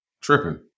tripping